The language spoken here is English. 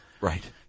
right